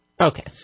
Okay